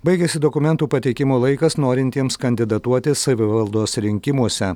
baigėsi dokumentų pateikimo laikas norintiems kandidatuoti savivaldos rinkimuose